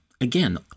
again